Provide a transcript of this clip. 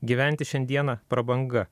gyventi šiandieną prabanga